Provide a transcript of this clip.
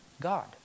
God